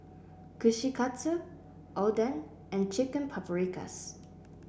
Kushikatsu Oden and Chicken Paprikas